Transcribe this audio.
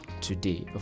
today